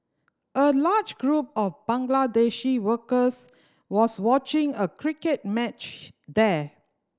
a large group of Bangladeshi workers was watching a cricket match there